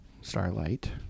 Starlight